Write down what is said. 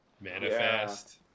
Manifest